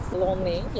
lonely